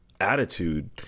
attitude